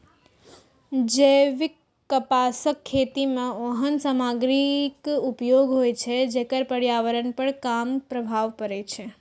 जैविक कपासक खेती मे ओहन सामग्रीक उपयोग होइ छै, जेकर पर्यावरण पर कम प्रभाव पड़ै छै